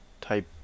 type